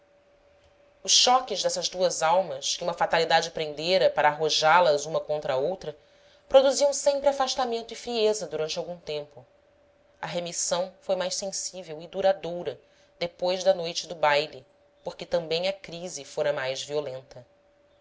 os choques dessas duas almas que uma fatalidade prendera para arrojá las uma contra outra produziam sempre afastamento e frieza durante algum tempo a remissão foi mais sensível e duradoura depois da noite do baile porque também a crise fora mais violenta